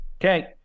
Okay